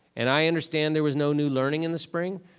and i understand there was no new learning in the spring,